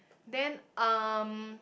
then um